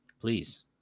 please